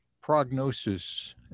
prognosis